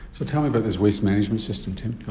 so tell me about this waste management system tim.